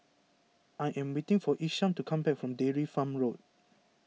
I am waiting for Isham to come back from Dairy Farm Road